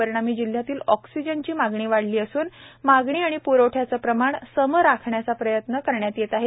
परिणामी जिल्ह्यातील ऑक्सिजनची मागणी वाढती असून मागणी व प्रवठ्याचे प्रमाण सम राखण्याचा प्रयत्न करण्यात येत आहे